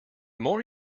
more